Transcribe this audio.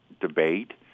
debate